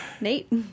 Nate